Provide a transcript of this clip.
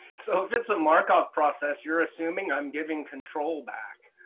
so, it's a markov process. you're assuming i'm giving control back.